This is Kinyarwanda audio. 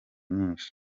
nyinshi